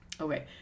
Okay